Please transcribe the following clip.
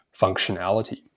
functionality